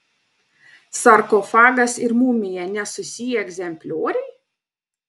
sarkofagas ir mumija nesusiję egzemplioriai